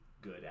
good